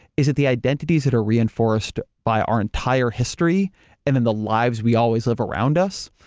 is that the identities that are reinforced by our entire history and then the lives we always live around us,